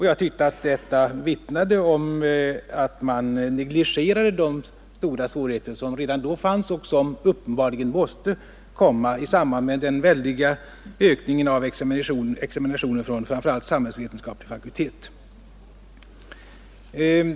Jag tyckte att detta vittnade om att man negligerade de stora svårigheter som redan då fanns och som uppenbarligen måste komma i samband med den väldiga ökningen av examinationen från framför allt de samhällsvetenskapliga fakulteterna.